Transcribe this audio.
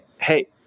hey